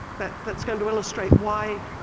but that's going to illustrate why